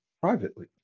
privately